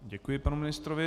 Děkuji panu ministrovi.